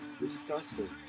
disgusting